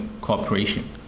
cooperation